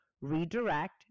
redirect